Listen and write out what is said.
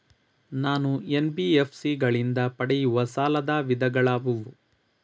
ನಾನು ಎನ್.ಬಿ.ಎಫ್.ಸಿ ಗಳಿಂದ ಪಡೆಯುವ ಸಾಲದ ವಿಧಗಳಾವುವು?